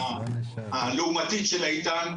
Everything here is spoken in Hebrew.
העמדה הלאומתית של איתן.